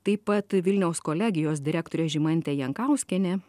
taip pat vilniaus kolegijos direktorė žymantė jankauskienė